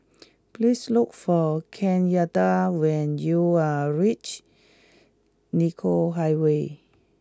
please look for Kenyatta when you reach Nicoll Highway